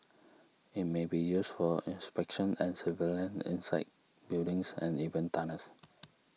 it may be used for inspection and surveillance inside buildings and even tunnels